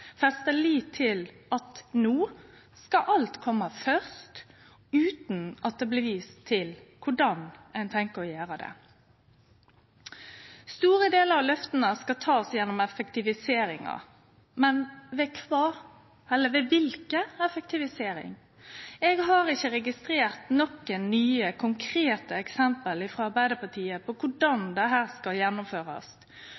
feste lit til at no skal alt kome først, utan at det blir vist til korleis ein tenkjer å gjere det? Store delar av løfta skal takast gjennom effektiviseringa, men kva slags effektivisering? Eg har ikkje registrert nokon nye, konkrete eksempel frå Arbeidarpartiet på